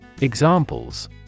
Examples